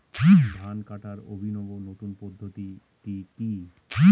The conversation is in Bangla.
ধান কাটার অভিনব নতুন পদ্ধতিটি কি?